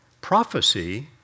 Prophecy